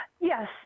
Yes